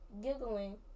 Giggling